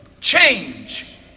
change